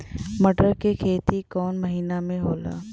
मटर क खेती कवन महिना मे होला?